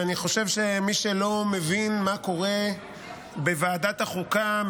ואני חושב שמי שלא מבין מה קורה בוועדת החוקה,